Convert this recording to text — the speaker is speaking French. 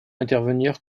intervenir